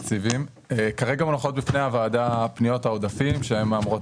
כרגע מונחות בפני הוועדה פניות העודפים שהן אמורות